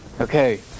Okay